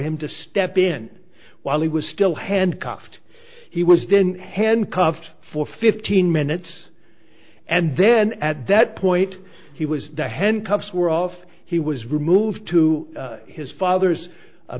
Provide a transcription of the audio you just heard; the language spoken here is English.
him to step in while he was still handcuffed he was then handcuffed for fifteen minutes and then at that point he was the handcuffs were off he was removed to his father's a